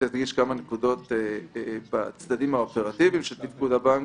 שתדגיש כמה נקודות בצדדים האופרטיביים של הבנק.